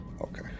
okay